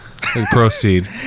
Proceed